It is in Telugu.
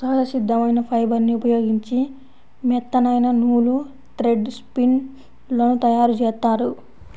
సహజ సిద్ధమైన ఫైబర్ని ఉపయోగించి మెత్తనైన నూలు, థ్రెడ్ స్పిన్ లను తయ్యారుజేత్తారు